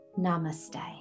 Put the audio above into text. Namaste